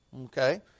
Okay